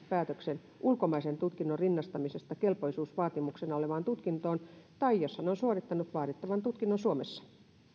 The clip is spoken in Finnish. päätöksen ulkomaisen tutkinnon rinnastamisesta kelpoisuusvaatimuksena olevaan tutkintoon tai jos hän on suorittanut vaadittavan tutkinnon suomessa